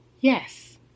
Yes